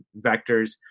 vectors